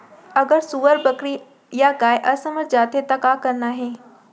अगर सुअर, बकरी या गाय असमर्थ जाथे ता का करना हे?